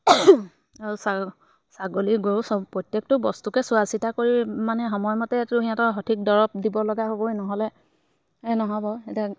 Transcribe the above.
আৰু ছা ছাগলী গৰু চ প্ৰত্যেকটো বস্তুকে চোৱা চিতা কৰি মানে সময়মতে এইটো সিহঁতৰ সঠিক দৰৱ দিব লগা হ'বই নহ'লে নহ'ব এতিয়া